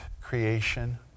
creation